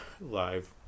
live